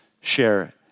share